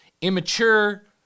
Immature